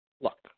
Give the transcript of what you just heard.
Look